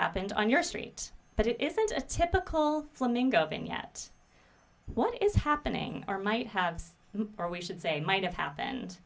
happened on your street but it isn't a typical flamingo and yet what is happening or might have or we should say might have happened